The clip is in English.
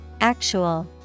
Actual